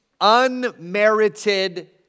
unmerited